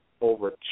over